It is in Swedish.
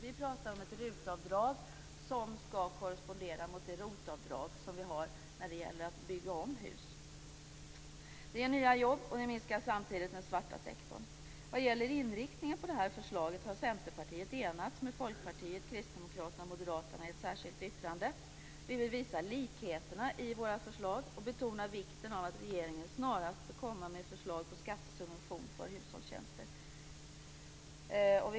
Vi pratar om ett RUT-avdrag som skall korrespondera med det ROT-avdrag som finns när det gäller att bygga om hus. Det ger nya jobb, och det minskar samtidigt den svarta sektorn. Vad gäller inriktningen på förslaget har Centerpartiet enats med Folkpartiet, Kristdemokraterna och Moderaterna i ett särskilt yttrande. Vi vill visa likheterna i våra förslag och betona vikten av att regeringen snarast skall komma med ett förslag på skattesubvention för hushållstjänster.